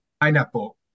pineapple